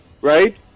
right